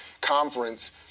conference